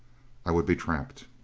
i would be trapped.